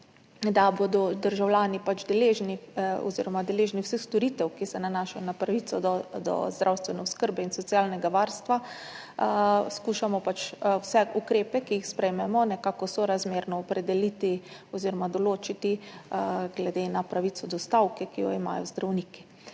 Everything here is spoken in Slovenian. da bodo državljani deležni vseh storitev, ki se nanašajo na pravico do zdravstvene oskrbe in socialnega varstva, skušamo pač vse ukrepe, ki jih sprejmemo, nekako sorazmerno opredeliti oziroma določiti glede na pravico do stavke, ki jo imajo zdravniki,